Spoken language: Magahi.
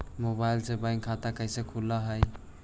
मोबाईल से बैक खाता कैसे खुल है?